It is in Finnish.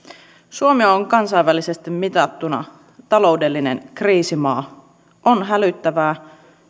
suomi on kansainvälisesti mitattuna taloudellinen kriisimaa on hälyttävää